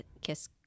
Kiss